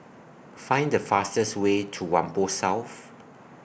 Find The fastest Way to Whampoa South